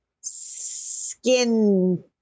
skin